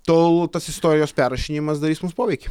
tol tas istorijos perrašinėjimas darys mums poveikį